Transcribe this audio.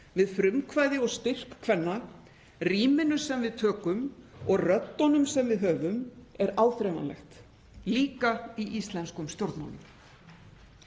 við frumkvæði og styrk kvenna, rýminu sem við tökum og röddunum sem við höfum er áþreifanlegt, líka í íslenskum stjórnmálum.